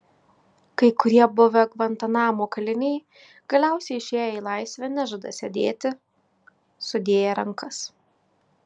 kai kurie buvę gvantanamo kaliniai galiausiai išėję į laisvę nežada sėdėti sudėję rankas